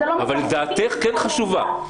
אבל דעתך כן חשובה.